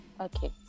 Okay